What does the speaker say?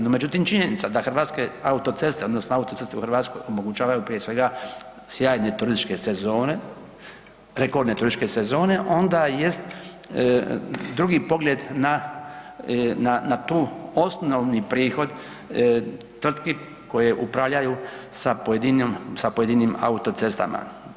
No međutim, činjenica da Hrvatske autoceste odnosno autoceste u Hrvatskoj omogućavaju prije svega sjajne turističke sezone, rekordne turističke sezone, onda jest drugi pogled na, na, na tu osnovni prihod tvrtki koje upravljaju sa pojedinim, sa pojedinim autocestama.